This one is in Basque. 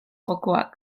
jokoak